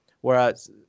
Whereas